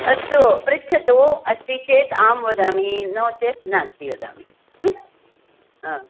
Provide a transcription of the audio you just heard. अस्तु पृच्छतु अस्ति चेत् आं वदामि नो चेत् नास्ति वदामि हा